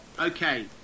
Okay